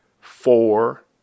four